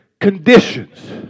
conditions